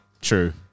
true